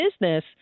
business